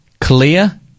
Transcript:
clear